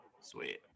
Sweet